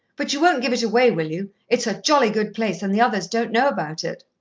but you won't give it away, will you? it's a jolly good place, and the others don't know about it.